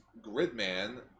Gridman